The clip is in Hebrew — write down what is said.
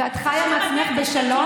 ואת חיה עם עצמך בשלום?